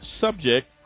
subject